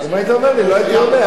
אם היית אומר לי, לא הייתי עולה.